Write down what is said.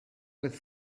with